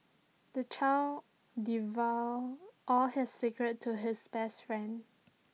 the child divulged all his secrets to his best friend